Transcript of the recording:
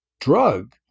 drug